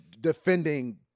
defending